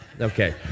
okay